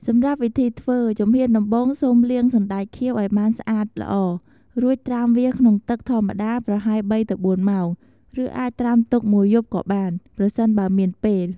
សម្រាប់វិធីធ្វើ ជំហានដំបូងសូមលាង សណ្ដែកខៀវ ឱ្យបានស្អាតល្អ រួចត្រាំវាក្នុងទឹកធម្មតាប្រហែល ២-៣ ម៉ោង ឬអាចត្រាំទុកមួយយប់ក៏បាន ប្រសិនបើមានពេល។